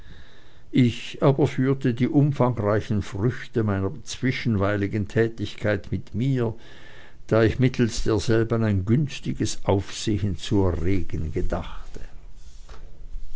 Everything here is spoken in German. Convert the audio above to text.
ich aber führte die umfangreichen früchte meiner zwischenweiligen tätigkeit mit mir da ich mittelst derselben ein günstiges aufsehen zu erregen gedachte